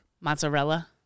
Mozzarella